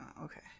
Okay